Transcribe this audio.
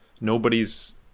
Nobody's